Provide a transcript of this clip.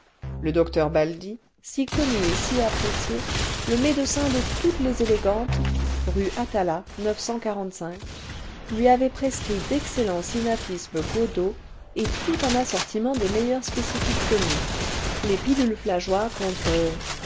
le docteur bald si connu et si apprécié le médecin de toutes les élégantes lui avait prescrit d'excellents sinapismes godot et tout un assortiment des meilleurs spé cifiques connus les pilules flageois contre